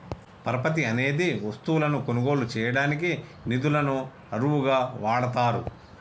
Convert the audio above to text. పరపతి అనేది వస్తువులను కొనుగోలు చేయడానికి నిధులను అరువుగా వాడతారు